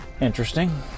interesting